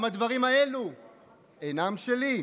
גם הדברים האלו אינם שלי,